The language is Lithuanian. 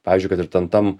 pavyzdžiui kad ir ten tam